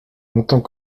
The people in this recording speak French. longtemps